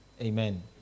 Amen